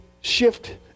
shift